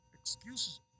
excuses